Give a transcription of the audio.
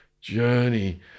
journey